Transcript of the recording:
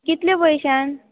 कितले पयशान